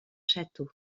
château